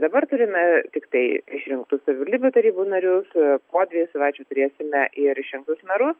dabar turime tiktai išrinktus savivaldybių tarybų narius po dviejų savaičių turėsime ir išrinktus merus